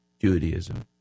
Judaism